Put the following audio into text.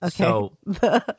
Okay